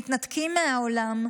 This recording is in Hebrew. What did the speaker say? מתנתקים מהעולם,